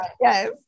Yes